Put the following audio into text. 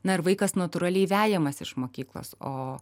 na ir vaikas natūraliai vejamas iš mokyklos o